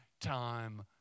time